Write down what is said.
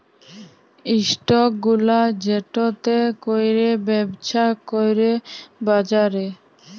stock গুলা যেটতে ক্যইরে ব্যবছা ক্যরে বাজারে